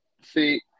See